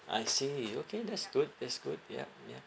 I see okay that's good that's good ya ya